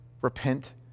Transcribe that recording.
repent